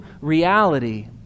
reality